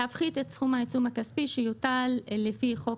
להפחית את סכום העיצום הכספי שיוטל לפי חוק